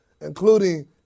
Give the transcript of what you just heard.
including